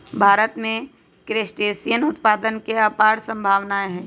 भारत में क्रस्टेशियन उत्पादन के अपार सम्भावनाएँ हई